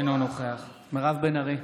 אינו נוכח מירב בן ארי,